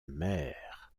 mère